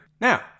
Now